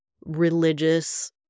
religious